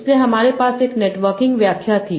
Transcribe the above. इसलिए हमारे पास एक नेटवर्किंग व्याख्या थी